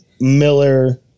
Miller